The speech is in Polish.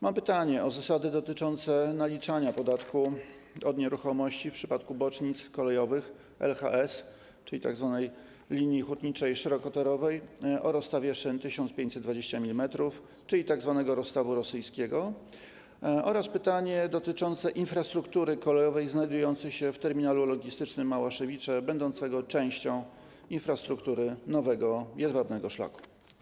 Mam pytanie o zasady dotyczące naliczania podatku od nieruchomości w przypadku bocznic kolejowych LHS, a więc tzw. linii hutniczej szerokotorowej o rozstawie szyn 1520 mm, tzw. rozstaw rosyjski, oraz pytanie dotyczące infrastruktury kolejowej znajdującej się w terminalu logistycznym Małaszewicze będącej częścią infrastruktury nowego jedwabnego szlaku.